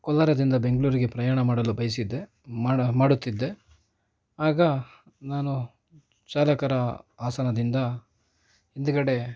ಕೋಲಾರದಿಂದ ಬೆಂಗಳೂರಿಗೆ ಪ್ರಯಾಣ ಮಾಡಲು ಬಯಸಿದ್ದೆ ಮಾಡ ಮಾಡುತ್ತಿದ್ದೆ ಆಗ ನಾನು ಚಾಲಕರ ಆಸನದಿಂದ ಹಿಂದುಗಡೆ